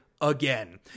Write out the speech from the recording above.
again